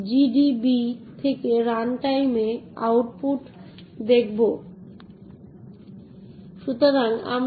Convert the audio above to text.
যদি মালিক উপস্থিত থাকে তবে আপনার সেই বন্ধুদের এন্ট্রিতে R যোগ করার অধিকার রয়েছে